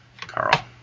Carl